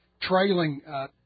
trailing